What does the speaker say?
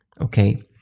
okay